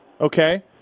Okay